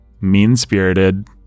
mean-spirited